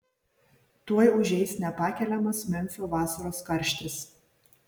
tuoj užeis nepakeliamas memfio vasaros karštis